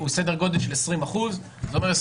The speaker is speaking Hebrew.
הוא סדר גודל של 20%. זאת אומרת,